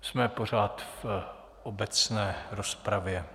Jsme pořád v obecné rozpravě.